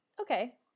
Okay